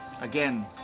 again